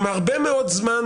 עם הרבה מאוד זמן,